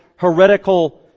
heretical